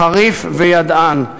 חריף וידען,